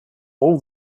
all